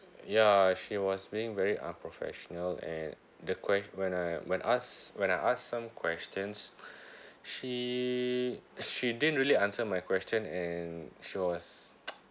ya she was being very unprofessional and the quest~ when I when ask when I ask some questions she she didn't really answer my question and she was